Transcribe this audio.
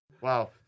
Wow